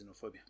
xenophobia